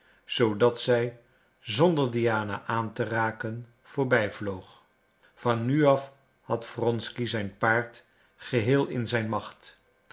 zoodat zij zonder diana aan te raken voorbij vloog van nu af had wronsky zijn paard geheel in zijn macht